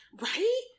Right